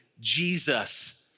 Jesus